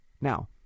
now